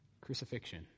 Crucifixion